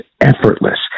effortless